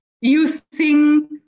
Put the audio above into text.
using